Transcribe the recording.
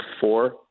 four